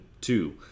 two